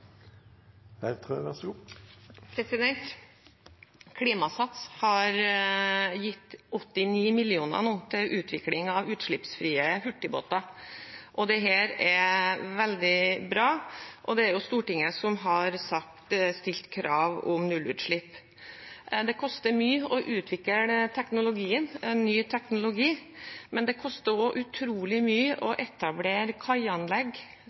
Klimasats har gitt 89 mill. kr til utvikling av utslippsfrie hurtigbåter. Dette er veldig bra. Det er Stortinget som har stilt krav om nullutslipp. Det koster mye å utvikle ny teknologi, men det koster også utrolig mye å etablere kaianlegg